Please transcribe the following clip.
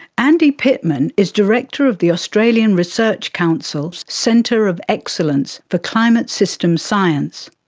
andy pitman is director of the australian research council's centre of excellence for climate system science.